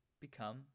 become